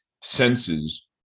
senses